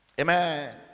Amen